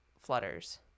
flutters